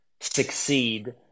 succeed